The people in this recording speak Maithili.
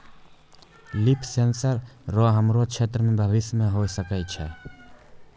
लिफ सेंसर रो हमरो क्षेत्र मे भविष्य मे होय सकै छै